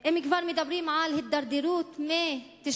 אם כבר מדברים על הידרדרות מ-1995,